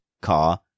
car